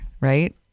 right